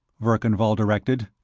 verkan vall directed.